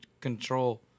control